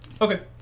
Okay